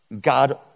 God